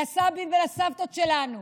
לסבים ולסבתות שלנו,